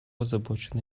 озабочены